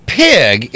pig